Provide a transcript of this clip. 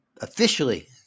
officially